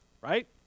right